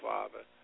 Father